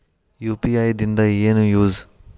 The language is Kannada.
ಯು.ಪಿ.ಐ ದಿಂದ ಏನು ಯೂಸ್?